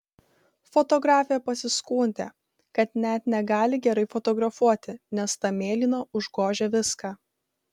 fotografė pasiskundė kad net negali gerai fotografuoti nes ta mėlyna užgožia viską